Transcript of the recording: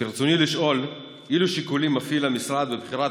רצוני לשאול: אילו שיקולים מפעיל המשרד בבחירת